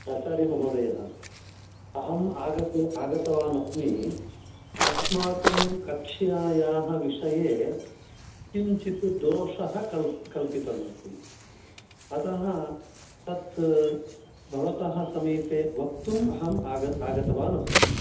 प्राचर्य महोदय अहम् आगत्य आगतवान् अस्मि अस्माकं कक्ष्याः विषये किञ्चित् दोषः कल् कल्पितमस्ति अतः तत् भवतः समीपे वक्तुं अहम् आग आगतवान् अस्मि